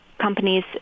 companies